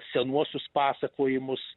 senuosius pasakojimus